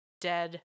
dead